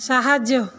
ସାହାଯ୍ୟ